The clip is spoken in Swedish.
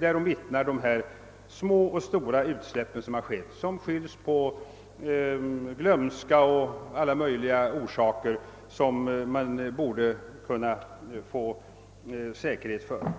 De små och stora utsläpp som har gjorts skylls på glömska och annat som man borde kunna säkerställa